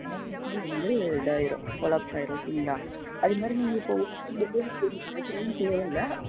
வந்து இதாகிரும் கொலாப்ஸ் ஆகிரும் சரிங்களாஅது மாதிரி நீங்கள் இப்போது பயப்படவும் தேவயில்ல